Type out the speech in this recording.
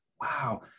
wow